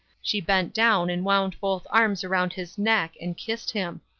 she bent down and wound both arms around his neck and kissed him.